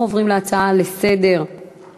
אנחנו עוברים להצעות לסדר-היום